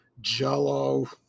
Jello